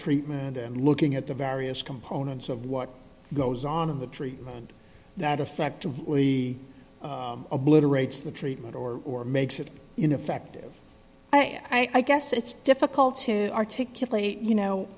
treatment and looking at the various components of what goes on in the treatment that effectively obliterates the treatment or or makes it ineffective i guess it's difficult to articulate you know